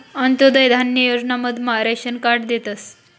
अंत्योदय धान्य योजना मधमा रेशन कार्ड देतस